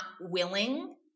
willing